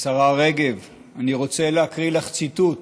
השרה רגב, אני רוצה להקריא לך ציטוט.